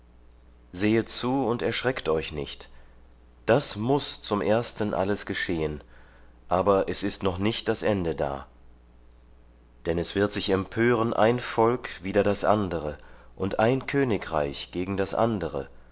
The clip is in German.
sehet zu und erschreckt euch nicht das muß zum ersten alles geschehen aber es ist noch nicht das ende da denn es wird sich empören ein volk wider das andere und ein königreich gegen das andere